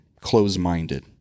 close-minded